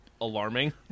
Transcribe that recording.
alarming